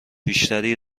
بیشتری